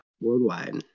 Worldwide